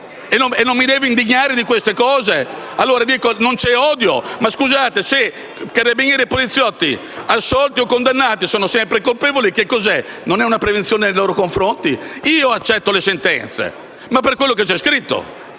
e non mi devo indignare di queste cose? Non c'è forse odio? Scusate, se carabinieri e poliziotti assolti o condannati sono sempre colpevoli, questo cos'è? Non è un pregiudizio nei loro confronti? Io accetto le sentenze, ma per quello che c'è scritto: